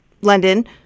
London